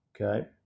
okay